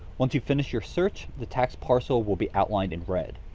once you finish your search, the tax parcel will be outlined in red.